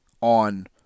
on